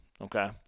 okay